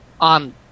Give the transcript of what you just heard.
on